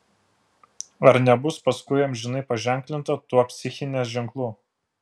ar nebus paskui amžinai paženklinta tuo psichinės ženklu